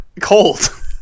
Cold